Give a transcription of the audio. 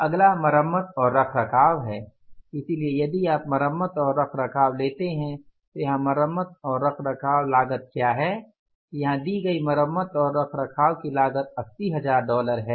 अगला मरम्मत और रखरखाव है इसलिए यदि आप मरम्मत और रखरखाव लेते हैं तो यहां मरम्मत रखरखाव लागत क्या है यहां दी गई मरम्मत और रखरखाव की लागत 80000 है